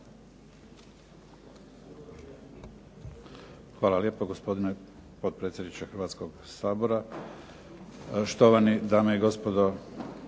Hvala lijepo gospodine potpredsjedniče Hrvatskog sabora. Štovane dame i gospodo